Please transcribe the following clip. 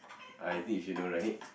I think you should know right